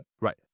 Right